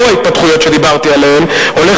לאור ההתפתחויות שדיברתי עליהן הולך